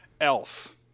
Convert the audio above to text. Elf